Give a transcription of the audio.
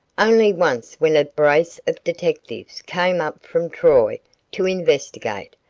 only once when a brace of detectives came up from troy to investigate,